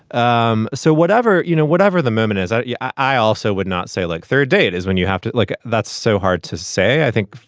um so whatever, you know, whatever the moment is i yeah i also would not say like third date is when you have to like that's so hard to say. i think,